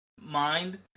mind